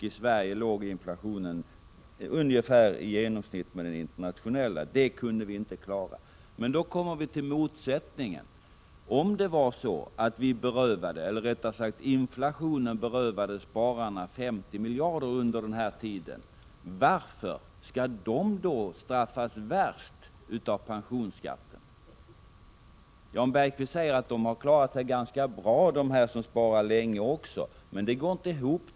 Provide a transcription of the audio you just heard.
I Sverige låg inflationen ungefär på 81 det internationella genomsnittet. Därmed kommer jag till motsättningen. Om inflationen berövade spararna 50 miljarder kronor under den tiden, varför skall då de straffas värst av pensionsskatten? Jan Bergqvist säger att också de som har sparat länge har klarat sig ganska bra.